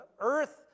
earth